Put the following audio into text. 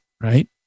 right